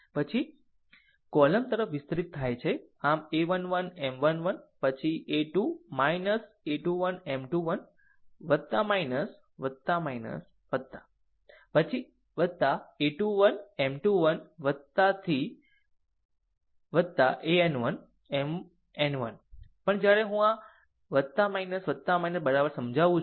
આમ કોલમ તરફ વિસ્તરિત થાય છે આમ a 1 1 M 1 1 પછી a 2 a 21 M 21 પછી a 2 1 M 2 1 સુધી 1 an 1 Mn 1 પણ જ્યારે હું આ બરાબર સમજાવું છું